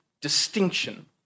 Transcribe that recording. distinction